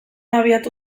abiatu